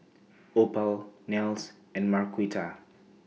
Opal Nels and Marquita